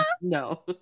No